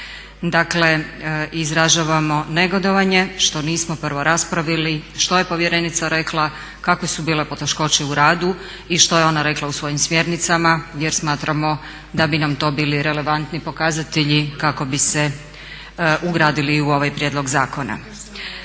Dakle, izražavamo negodovanje što nismo prvo raspravili što je povjerenica rekla, kakve su bile poteškoće u radu i što je ona rekla u svojim smjernicama jer smatramo da bi nam to bili relevantni pokazatelji kako bi se ugradili u ovaj prijedlog zakona.